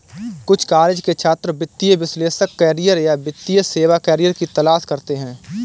कुछ कॉलेज के छात्र वित्तीय विश्लेषक करियर या वित्तीय सेवा करियर की तलाश करते है